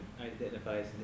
identifies